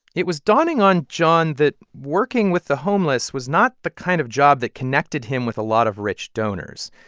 it was dawning on jon that working with the homeless was not the kind of job that connected him with a lot of rich donors.